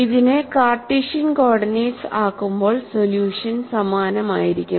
ഇതിനെ Cartesian coordinates ആക്കുമ്പോൾ solution സമാനമായിരിക്കും